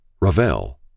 Ravel